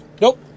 Nope